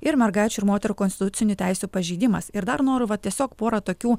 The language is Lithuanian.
ir mergaičių ir moterų konstitucinių teisių pažeidimas ir dar noriu va tiesiog porą tokių